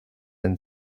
and